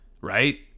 right